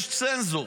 יש צנזור.